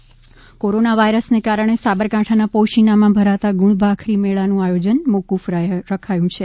પોશીનામાં મેળો કોરોના વાયરસને કારણે સાબરકાંઠાના પોશીનામાં ભરાતા ગુણભાખરી મેળાનું આયોજન મોફક રખાયું છે